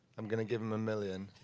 i'm going to give him a million.